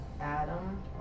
Adam